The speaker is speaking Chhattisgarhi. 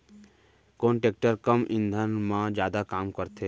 कोन टेकटर कम ईंधन मा जादा काम करथे?